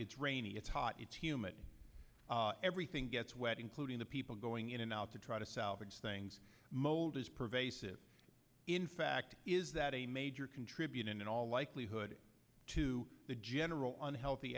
it's rainy it's hot it's humid everything gets wet including the people going in and out to try to salvage things mold is pervasive in fact is that a major contributor in all likelihood to the general on healthy